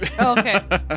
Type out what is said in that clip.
Okay